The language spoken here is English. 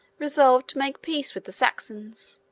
resolved to make peace with the saxons,